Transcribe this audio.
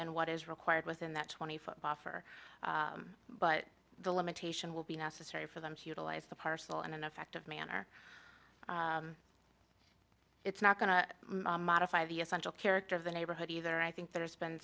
in what is required within that twenty foot buffer but the limitation will be necessary for them to utilize the parcel and in effect of manner it's not going to modify the essential character of the neighborhood either i think there's been